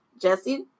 Jesse